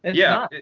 yeah,